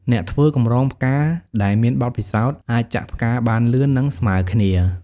អ្នកធ្វើកម្រងផ្កាដែលមានបទពិសោធន៍អាចចាក់ផ្កាបានលឿន និងស្មើគ្នា។